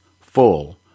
full